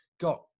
got